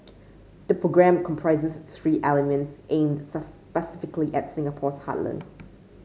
the program comprises three elements aimed specifically at Singapore's heartland